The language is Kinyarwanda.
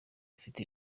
bifite